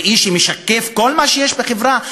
ראי שמשקף כל מה שיש בחברה,